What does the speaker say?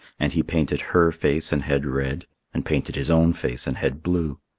and he painted her face and head red, and painted his own face and head blue.